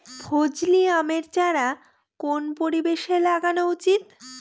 ফজলি আমের চারা কোন পরিবেশে লাগানো উচিৎ?